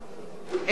אינו נוכח